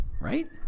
right